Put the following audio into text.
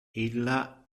illa